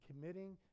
committing